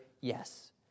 yes